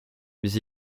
mais